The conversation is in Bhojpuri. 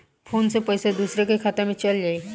फ़ोन से पईसा दूसरे के खाता में चल जाई?